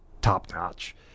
top-notch